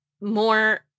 more